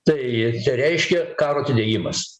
tai tai reiškia karo atidėjimas